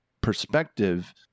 perspective